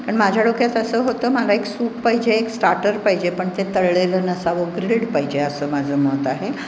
कारण माझ्या डोक्यात असं होतं मला एक सूप पाहिजे एक स्टार्टर पाहिजे पण ते तळलेलं नसावं ग्रिल्ड पाहिजे असं माझं मत आहे